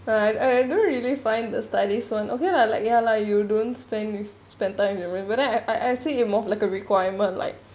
but I I don't really find the study [one] okay lah like ya lah you don't spend with spend time with me when I I see it more like a requirement like